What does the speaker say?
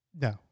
No